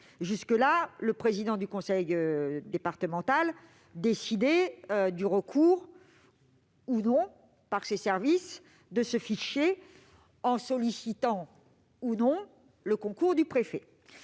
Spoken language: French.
cela, le président du conseil départemental décidait du recours ou non à ce fichier par ses services, en sollicitant ou non le concours du préfet.